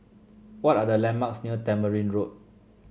what are the landmarks near Tamarind Road